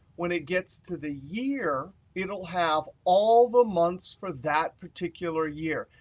when it gets to the year, it will have all the months for that particular year.